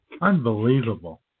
Unbelievable